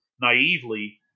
naively